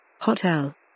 Hotel